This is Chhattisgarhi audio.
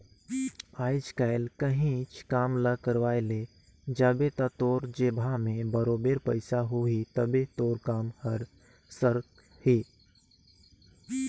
आएज काएल काहींच काम ल करवाए ले जाबे ता तोर जेबहा में बरोबेर पइसा होही तबे तोर काम हर सरकही